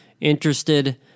interested